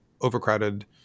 overcrowded